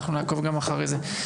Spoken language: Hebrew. אנחנו נעקוב גם אחרי זה.